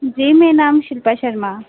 जी मेरा नांऽ शिल्पा शर्मा